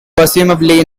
presumably